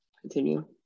continue